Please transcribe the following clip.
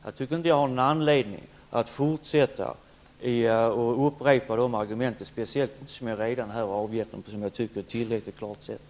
Jag tycker inte att jag har någon anledning att upprepa de argument som jag anfört i utskottet och som jag redogjort för även här på ett tillräckligt klart sätt.